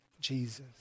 Jesus